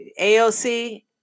AOC